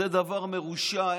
זה דבר מרושע,